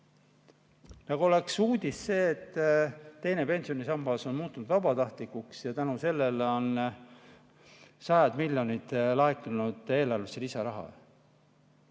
Nagu oleks uudis see, et teine pensionisammas on muutunud vabatahtlikuks ja tänu sellele on sajad miljonid laekunud eelarvesse lisaraha.